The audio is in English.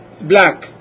black